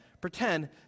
pretend